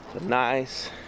nice